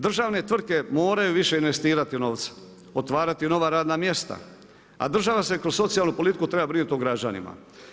Državne tvrtke moraju više investirati u novca, otvarati nova radna mjesta, a država se kroz socijalnu politiku treba brinuti o građanima.